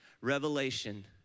revelation